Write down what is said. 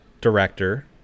director